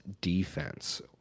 defense